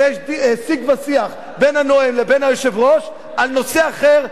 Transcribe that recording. כשיש שיג ושיח בין הנואם לבין היושב-ראש על נושא אחר,